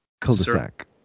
cul-de-sac